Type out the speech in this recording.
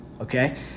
Okay